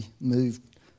moved